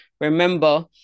remember